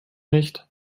nicht